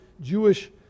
Jewish